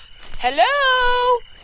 Hello